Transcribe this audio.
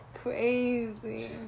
Crazy